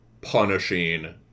punishing